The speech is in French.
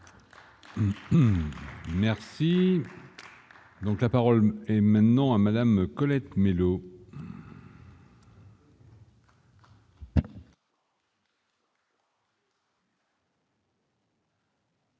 Merci donc la parole est maintenant à Madame Colette Mélot.